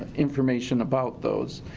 information about those.